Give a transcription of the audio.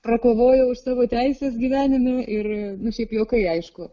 prakovojau už savo teises gyvenime ir šiaip juokai aišku